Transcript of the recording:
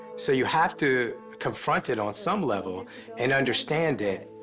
so you have to confront it on some level and understand it.